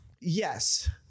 Yes